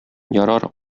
ярар